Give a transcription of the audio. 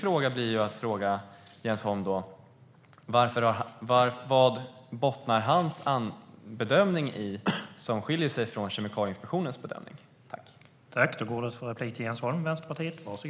Då blir det rimligt att fråga Jens Holm vad hans bedömning bottnar i, eftersom den skiljer sig från Kemikalieinspektionens bedömning.